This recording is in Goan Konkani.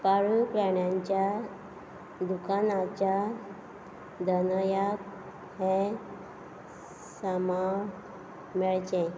पाळीव प्राण्यांच्या दुकानाच्या धनयाक हें सामान मेळचें